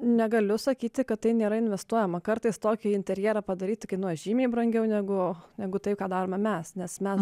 negaliu sakyti kad tai nėra investuojama kartais tokį interjerą padaryti kainuoja žymiai brangiau negu negu tai ką darome mes nes mes